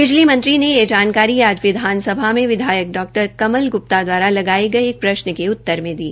बिजली मंत्री ने यह जानकारी आज विधानसभा में विधायक डॉ कमल ग्रुप्ता दवारा लगाए गए एक प्रश्न के उत्तर में दी